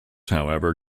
however